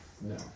No